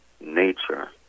nature